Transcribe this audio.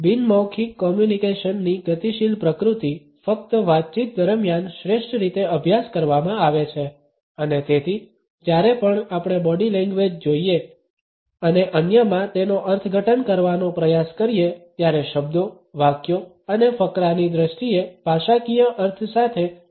બિન મૌખિક કોમ્યુનિકેશનની ગતિશીલ પ્રકૃતિ ફક્ત વાતચીત દરમિયાન શ્રેષ્ઠ રીતે અભ્યાસ કરવામાં આવે છે અને તેથી જ્યારે પણ આપણે બોડી લેંગ્વેજ જોઈએ અને અન્યમાં તેનો અર્થઘટન કરવાનો પ્રયાસ કરીએ ત્યારે શબ્દો વાક્યો અને ફકરાની દ્રષ્ટિએ ભાષાકીય અર્થ સાથે આ સમાંતર ધ્યાનમાં રાખવું જોઈએ